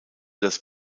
das